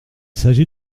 s’agit